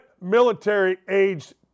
military-aged